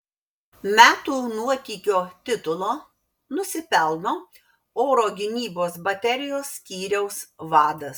metų nuotykio titulo nusipelno oro gynybos baterijos skyriaus vadas